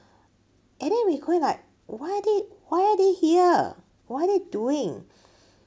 and then we couldn't like why are they why are they here what are they doing